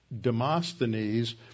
Demosthenes